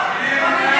לא, בוא נדייק.